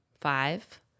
five